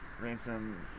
ransom